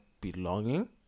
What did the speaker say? belonging